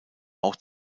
auch